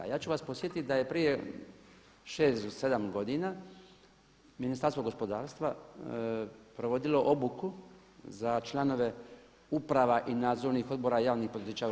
A ja ću vas podsjetiti da je prije 6 do 7 godina Ministarstvo gospodarstva provodilo obuku za članove uprava i nadzornih odbora javnih poduzeća u RH.